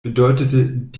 bedeutet